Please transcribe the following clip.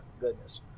goodness